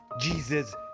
Jesus